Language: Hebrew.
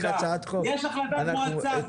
יש החלטת מועצה.